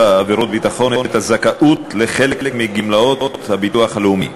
עבירות ביטחון את הזכאות לחלק מגמלאות הביטוח הלאומי,